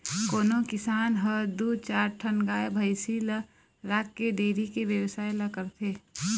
कोनो किसान ह दू चार ठन गाय भइसी ल राखके डेयरी के बेवसाय ल करथे